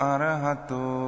Arahato